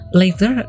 later